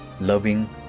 loving